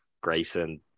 Grayson